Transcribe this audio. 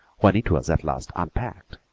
when it was at last unpacked.